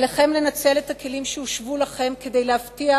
עליכם לנצל את הכלים שהושבו לכם כדי להבטיח